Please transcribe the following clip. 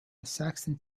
saxon